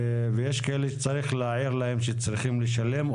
ויש כאלה שצריך להעיר להם שצריך לשלם,